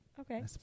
Okay